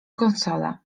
konsolę